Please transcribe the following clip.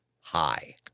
high